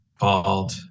called